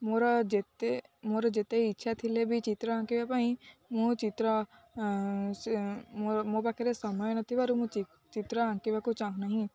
ମୋର ଯେତେ ମୋର ଯେତେ ଇଚ୍ଛା ଥିଲେ ବି ଚିତ୍ର ଆଙ୍କିବା ପାଇଁ ମୁଁ ଚିତ୍ର ମୋ ପାଖରେ ସମୟ ନ ଥିବାରୁ ମୁଁ ଚିତ୍ର ଆଙ୍କିବାକୁ ଚାହୁଁନାହିଁ